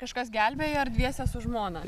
kažkas gelbėja ar dviese su žmona